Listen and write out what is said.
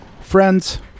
Friends